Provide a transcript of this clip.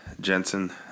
Jensen